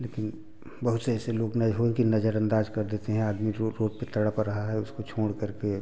लेकिन बहुत से ऐसे लोग नए होएं कि नजरअंदाज कर देते हैं आदमी रोड पे तड़प रहा है उसको छोड़ करके